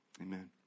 amen